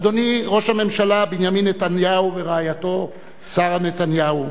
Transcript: אדוני ראש הממשלה בנימין נתניהו ורעייתו שרה נתניהו,